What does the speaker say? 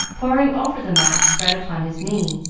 poring over the map spread upon his knee,